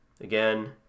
again